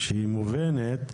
שהיא מובנת,